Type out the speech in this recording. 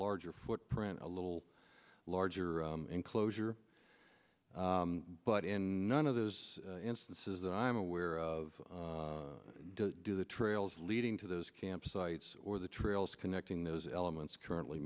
larger footprint a little larger enclosure but in none of those instances that i'm aware of do the trails leading to those campsites or the trails connecting those elements currently